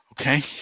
okay